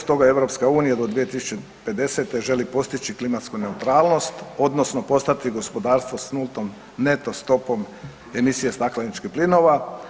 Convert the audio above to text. Stoga EU do 2050. želi postići klimatsku neutralnost odnosno postati gospodarstvo s nultom neto stopom emisije stakleničkih plinova.